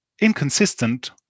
inconsistent